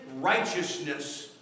righteousness